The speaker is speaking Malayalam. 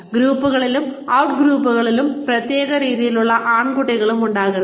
ഗ്രൂപ്പുകളിലും ഔട്ട് ഗ്രൂപ്പുകളിലും പ്രത്യേക പ്രീതിയുള്ള ആൺകുട്ടികളും ഉണ്ടാകരുത്